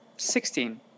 Sixteen